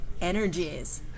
energies